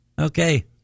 okay